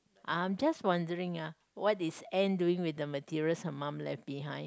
um I'm just wondering uh what is Anne doing with the materials her mum left behind